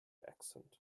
accent